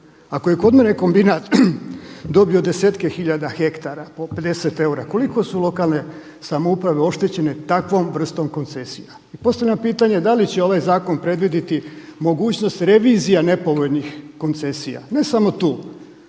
Ako je kod mene kombinat dobio desetke hiljada hektara po 50 eura koliko su lokalne samouprave oštećene takvom vrstom koncesija. I postavljam pitanje da li će ovaj zakon predvidjeti mogućnost revizija nepovoljnih koncesija ne samo tu.